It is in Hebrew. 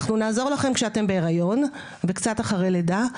אנחנו נעזור לכן כשאתן בהריון וקצת אחרי לידה,